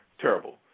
terrible